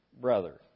brother